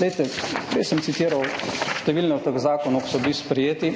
Glejte, prej sem citiral številne od teh zakonov, ki so bili sprejeti,